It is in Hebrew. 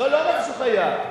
לא אמרתי שהוא חייב.